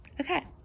Okay